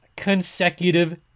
consecutive